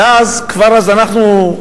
וכבר אז אנחנו,